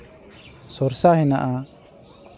ᱥᱚᱨᱥᱟ ᱦᱮᱱᱟᱜᱼᱟ